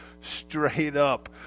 straight-up